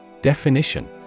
Definition